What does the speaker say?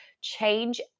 change